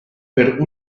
per